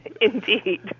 indeed